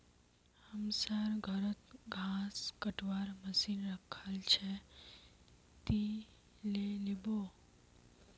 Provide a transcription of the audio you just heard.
हमसर घरत घास कटवार मशीन रखाल छ, ती ले लिबो